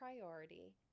priority